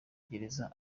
gereza